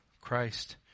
Christ